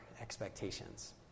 expectations